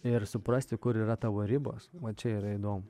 ir suprasti kur yra tavo ribos vat čia yra įdomu